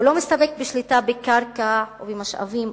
הוא לא מסתפק בשליטה בקרקע ובמשאבים,